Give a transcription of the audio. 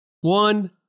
One